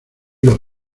los